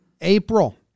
April